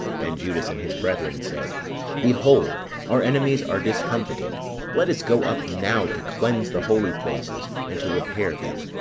then judas, and his brethren said behold our enemies are discomfited let us go up now to cleanse the holy places, and to repair them.